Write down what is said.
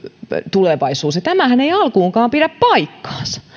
tulevaisuus ja tämähän ei alkuunkaan pidä paikkaansa